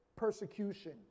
Persecution